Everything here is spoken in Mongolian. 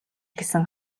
гэсэн